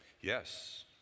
Yes